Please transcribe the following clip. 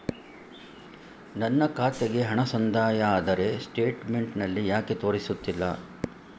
ನನ್ನ ಖಾತೆಗೆ ಹಣ ಸಂದಾಯ ಆದರೆ ಸ್ಟೇಟ್ಮೆಂಟ್ ನಲ್ಲಿ ಯಾಕೆ ತೋರಿಸುತ್ತಿಲ್ಲ?